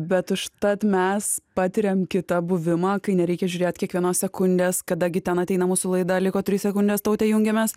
bet užtat mes patiriam kitą buvimą kai nereikia žiūrėt kiekvienos sekundės kada gi ten ateina mūsų laida liko trys sekundės taute jungiamės